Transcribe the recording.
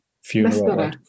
funeral